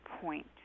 point